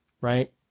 Right